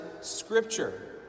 scripture